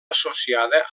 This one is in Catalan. associada